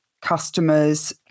customers